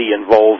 involved